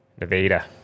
Nevada